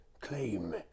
Claim